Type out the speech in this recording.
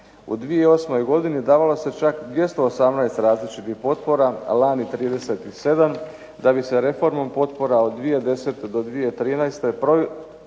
U 2008. godini davalo se čak 218 različitih potpora, lani 37 da bi se reformom potpora od 2010. do 2013. proizvodna